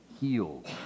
healed